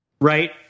Right